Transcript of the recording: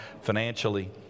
financially